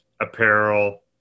apparel